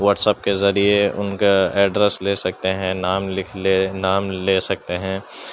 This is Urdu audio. واٹس اپ کے ذریعے ان کے ایڈریس لے سکتے ہیں نام لکھ لے نام لے سکتے ہیں